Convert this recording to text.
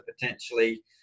potentially